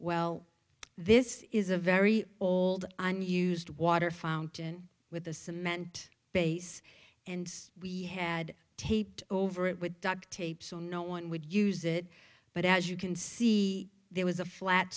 well this is a very old and used water fountain with a cement base and we had taped over it with duct tape so no one would use it but as you can see there was a flat